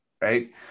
Right